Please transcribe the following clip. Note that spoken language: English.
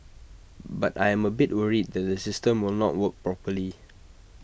but I am A bit worried that the system will not work properly